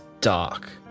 dark